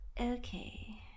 Okay